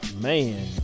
man